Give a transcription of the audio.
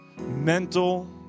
mental